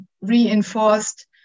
reinforced